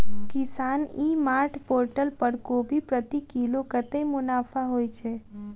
किसान e mart portal पर कोबी प्रति किलो कतै मुनाफा होइ छै?